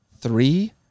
three